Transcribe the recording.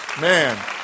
man